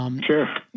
Sure